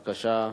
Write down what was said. בבקשה.